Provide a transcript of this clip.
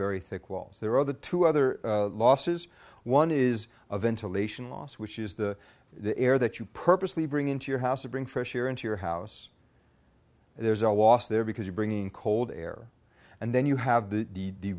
very thick walls there are the two other losses one is a ventilation loss which is the air that you purposely bring into your house to bring fresh air into your house there's a loss there because you're bringing cold air and then you have the